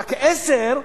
רק עשר,